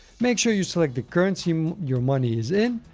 make sure you select the currency um your money is in.